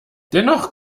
dennoch